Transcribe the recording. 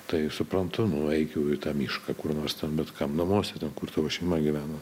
tai suprantu nu eik jau į tą mišką kur nors bet kam namuose kur tavo šeima gyvena